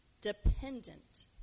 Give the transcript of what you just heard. dependent